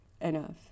enough